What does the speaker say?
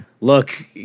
look